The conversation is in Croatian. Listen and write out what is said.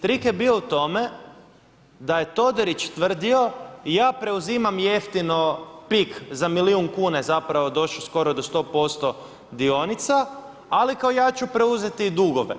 Trik je bio u tome, da je Todorić tvrdio i ja preuzimam jeftino Pik, za milijun kuna je zapravo došao skoro do 100% dionica, ali kao ja ću preuzeti dugove.